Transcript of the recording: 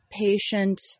patient